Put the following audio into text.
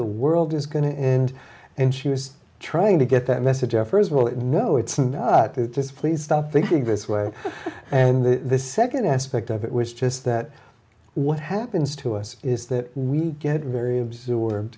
the world is going to end and she was trying to get that message or first of all it no it's a nut it is please stop thinking this way and the second aspect of it was just that what happens to us is that we get very absorbed